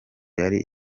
yari